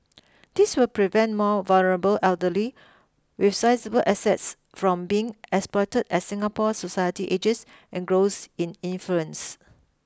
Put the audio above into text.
this will prevent more vulnerable elderly with sizeable assets from being exploited as Singapore society ages and grows in influence